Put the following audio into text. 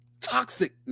Toxic